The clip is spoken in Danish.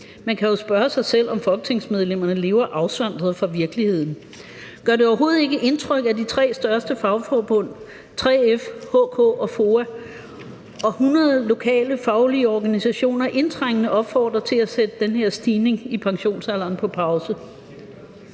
Man kan jo spørge sig selv, om folketingsmedlemmerne lever afsondret fra virkeligheden. Gør det overhovedet ikke indtryk, at de tre største fagforbund, 3F, HK og FOA, og hundrede lokale faglige organisationer indtrængende opfordrer til at sætte den her stigning i pensionsalderen på pause?